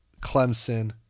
Clemson